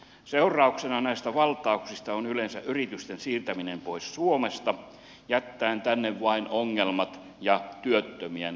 seurauksena näistä valtauksista on yleensä yritysten siirtäminen pois suomesta niin että jätetään tänne vain ongelmat ja työttömien lauma